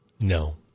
No